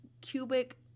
cubic